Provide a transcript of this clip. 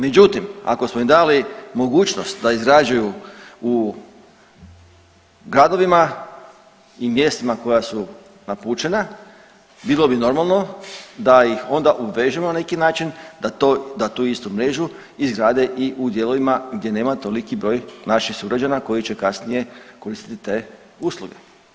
Međutim, ako smo im dali mogućnost da izrađuju u gradovima i mjestima koja su napućena bilo bi normalno da ih onda obvežemo na neki način da tu istu mrežu izgrade i u dijelovima gdje nema toliki broj naših sugrađana koji će kasnije koristiti te usluge.